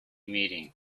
meeting